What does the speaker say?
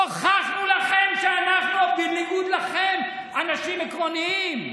הוכחנו לכם שאנחנו, בניגוד לכם, אנשים עקרוניים.